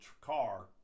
car